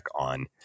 on